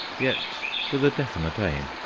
yet with a definite aim.